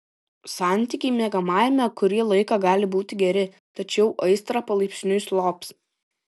santykiai miegamajame kurį laiką gali būti geri tačiau aistra palaipsniui slops